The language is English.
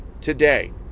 today